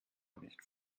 nicht